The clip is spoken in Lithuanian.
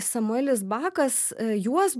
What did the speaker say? samuelis bakas juos